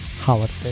holiday